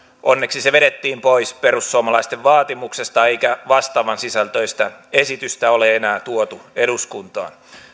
onneksi se vedettiin pois perussuomalaisten vaatimuksesta eikä vastaavan sisältöistä esitystä ole enää tuotu eduskuntaan